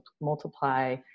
multiply